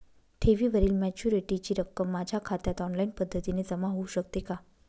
ठेवीवरील मॅच्युरिटीची रक्कम माझ्या खात्यात ऑनलाईन पद्धतीने जमा होऊ शकते का?